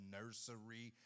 nursery